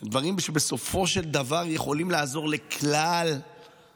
אלה דברים שבסופו של דבר יכולים לעזור לכל הציבורים.